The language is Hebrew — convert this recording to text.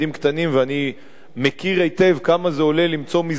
ואני מכיר היטב כמה זה עולה למצוא מסגרות